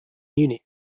munich